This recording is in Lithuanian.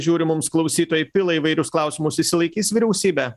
žiūriu mums klausytojai pila įvairius klausimus išsilaikys vyriausybė